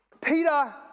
Peter